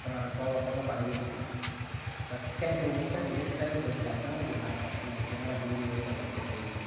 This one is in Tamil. அப்புறம் அது போக போக பழகிடுச்சு ஃபஸ்ட் டைம் செய்யும்போதுதான் வேஸ்ட்டா போச்சு அதுதான் கொஞ்சம் எல்லோருக்கும் கஷ்டமாகிடுச்சு என்னடா செஞ்சு வேஸ்டாக போச்சே அப்படின்ட்டு